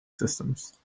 systems